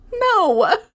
No